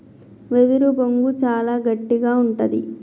వెదురు బొంగు చాలా గట్టిగా ఉంటది